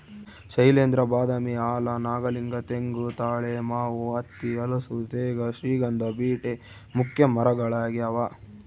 ಶೈಲೇಂದ್ರ ಬಾದಾಮಿ ಆಲ ನಾಗಲಿಂಗ ತೆಂಗು ತಾಳೆ ಮಾವು ಹತ್ತಿ ಹಲಸು ತೇಗ ಶ್ರೀಗಂಧ ಬೀಟೆ ಮುಖ್ಯ ಮರಗಳಾಗ್ಯಾವ